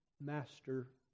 master